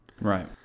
Right